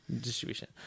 distribution